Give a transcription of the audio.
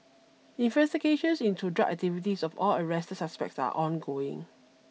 investigations into drug activities of all arrested suspects are ongoing